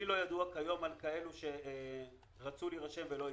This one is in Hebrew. לי לא ידוע כיום על כאלה שרצו להירשם ולא הצליחו.